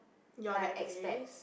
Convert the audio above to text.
your that place